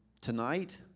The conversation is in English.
tonight